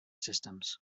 systems